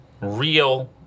real